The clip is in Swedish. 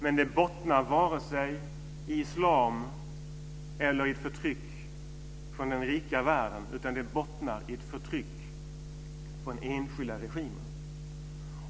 Men det bottnar varken i islam eller i ett förtryck från den rika världen utan i ett förtryck från enskilda regimer.